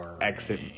exit